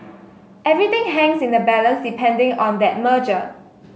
everything hangs in the balance depending on that merger